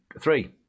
three